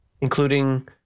including